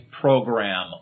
program